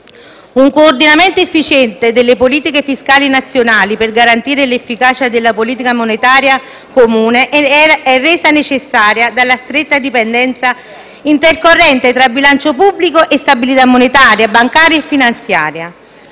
Un coordinamento efficiente delle politiche fiscali nazionali per garantire l'efficacia della politica monetaria comune è reso necessario dalla stretta dipendenza intercorrente tra bilancio pubblico e stabilità monetaria, bancaria e finanziaria.